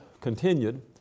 continued